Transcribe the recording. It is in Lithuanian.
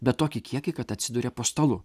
bet tokį kiekį kad atsiduria po stalu